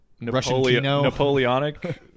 Napoleonic